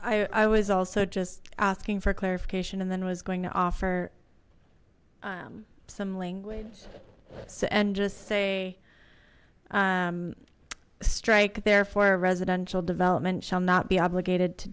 going i was also just asking for clarification and then was going to offer some language and just say strike there for our residential development shall not be obligated to